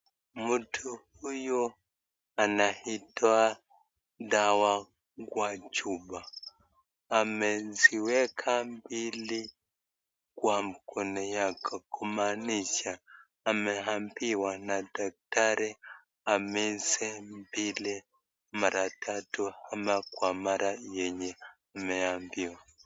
Mtu huyu anaitoa dawa kwa chupa ameziweka mbili kwa mkono yake kumanisha ameambiwa na daktari ameze mbili mara tatu ama kwa mara yenye ameambiwa.